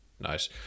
Nice